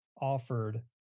offered